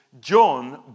John